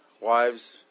wives